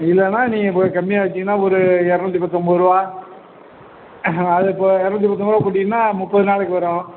இல்லைன்னா நீங்கள் இப்போ கம்மியாக வைச்சிங்கன்னா ஒரு இரநூத்தி பத்தொன்பது ரூவா அது இப்போ இரநூத்தி பத்தொமன்பது ரூவா போட்டீங்கன்னால் முப்பது நாளைக்கு வரும்